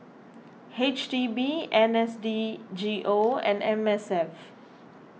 H D B N S D G O and M S F